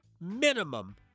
minimum